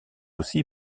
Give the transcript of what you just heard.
aussi